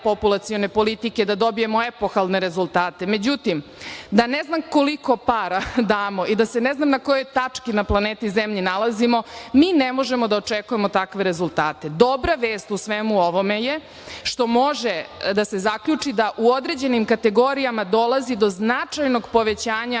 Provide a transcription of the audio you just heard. populacione politike da dobijemo epohalne rezultate, međutim, da ne znam koliko para damo i da se ne znam na kojoj tački na planeti Zemlji nalazimo, mi ne možemo da očekujemo takve rezultate. Dobra vest u svemu ovome što može da se zaključi da u određenim kategorijama dolazi do značajnog povećanja